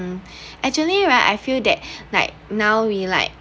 um actually right I feel that like now we like